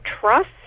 trust